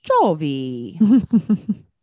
Jovi